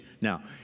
Now